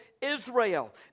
Israel